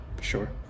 Sure